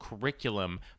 curriculum